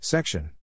Section